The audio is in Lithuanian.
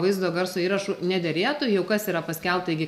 vaizdo garso įrašu nederėtų juk kas yra paskelbta iki